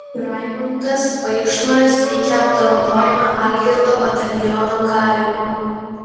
raimundas vaikšnoras teikia apdovanojimą algirdo bataliono kariui